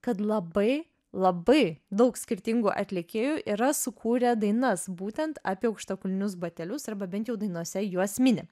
kad labai labai daug skirtingų atlikėjų yra sukūrę dainas būtent apie aukštakulnius batelius arba bent jau dainose juos mini